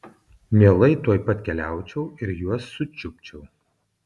mielai tuoj pat keliaučiau ir juos sučiupčiau